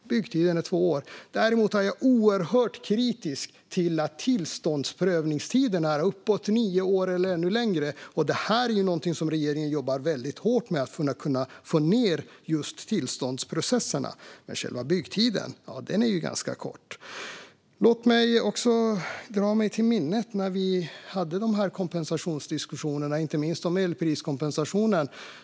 Jag är däremot oerhört kritisk till att tillståndsprövningstiden är uppemot nio år eller längre. Regeringen jobbar hårt med att korta tillståndsprocesserna, men själva byggtiden är ganska kort. Låt mig dra mig till minnes när vi hade diskussionerna om elpriskompensationen.